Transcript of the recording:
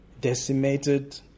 decimated